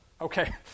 Okay